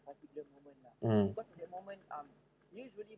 mm